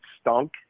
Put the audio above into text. stunk